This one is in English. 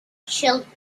children